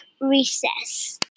recess